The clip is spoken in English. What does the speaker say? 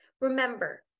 Remember